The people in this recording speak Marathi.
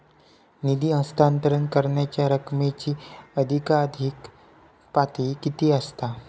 निधी हस्तांतरण करण्यांच्या रकमेची अधिकाधिक पातळी किती असात?